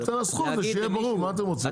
אז תנסחו את זה שיהיה ברור מה אתם רוצים.